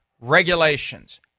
regulations